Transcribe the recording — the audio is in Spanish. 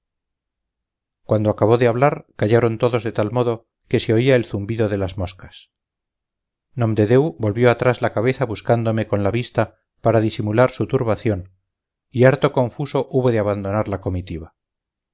cuando acabó de hablar callaron todos de tal modo que se oía el zumbido de las moscas nomdedeu volvió atrás la cabeza buscándome con la vista para disimular su turbación y harto confuso hubo de abandonar la comitiva